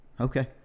Okay